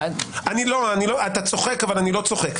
אתה צוחק, אבל אני לא צוחק.